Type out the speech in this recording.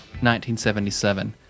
1977